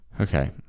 Okay